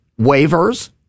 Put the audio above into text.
waivers